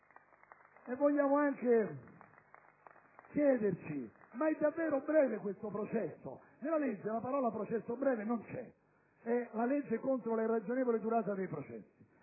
Vogliamo anche chiederci: ma è davvero breve questo processo? Nella legge la dizione «processo breve» non c'è: questa è la legge contro l'irragionevole durata dei processi.